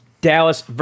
Dallas